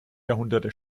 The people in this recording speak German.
jahrhunderte